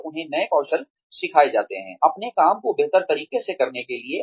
और उन्हें नए कौशल सिखाए जाते हैं अपने काम को बेहतर तरीके से करने के लिए